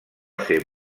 ser